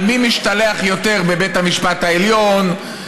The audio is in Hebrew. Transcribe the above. על מי משתלח יותר בבית המשפט העליון,